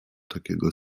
takiego